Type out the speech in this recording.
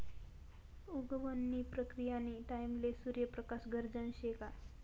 उगवण नी प्रक्रीयानी टाईमले सूर्य प्रकाश गरजना शे का